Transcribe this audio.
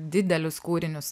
didelius kūrinius